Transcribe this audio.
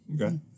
Okay